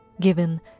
given